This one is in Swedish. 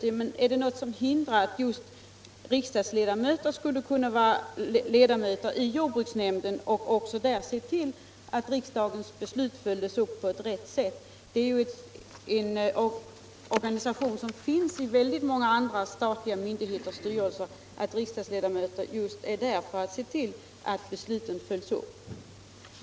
Men är det någonting som hindrar att riksdagsledamöter skulle kunna vara ledamöter i jordbruksnämnden och där se till att riksdagens bestut följdes upp på rätt sätt? Det är ju en typ av organisation som finns i många andra statliga myndigheters styrelser att riksdagsledamöter är representerade där just för att se till att besluten följs upp.